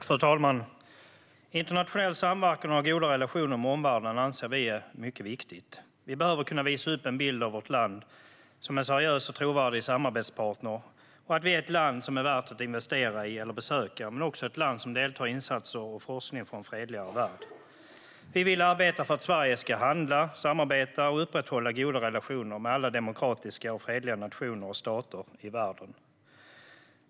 Fru talman! Internationell samverkan och att ha goda relationer med omvärlden anser vi är mycket viktigt. Vi behöver kunna visa upp en bild av vårt land som en seriös och trovärdig samarbetspartner och att vi är ett land som är värt att investera i eller besöka men också ett land som deltar i insatser och forskning för en fredligare värld. Vi vill arbeta för att Sverige ska handla, samarbeta och upprätthålla goda relationer med alla demokratiska och fredliga nationer och stater i världen.